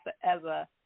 forever